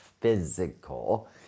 physical